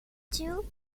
two